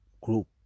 group